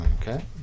Okay